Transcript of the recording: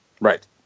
right